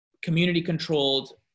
Community-controlled